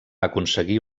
aconseguir